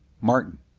martin,